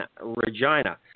Regina